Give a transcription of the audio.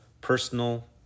personal